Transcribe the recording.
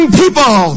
people